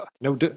No